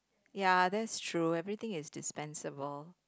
ya that's true everything is dispensable